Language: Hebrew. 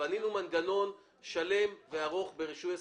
בנינו מנגנון שלם וארוך ברישוי עסקים.